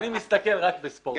אני צופה רק בספורט.